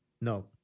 No